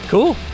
Cool